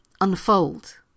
unfold